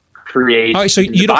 create